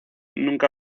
nunca